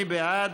מי בעד?